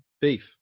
beef